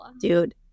dude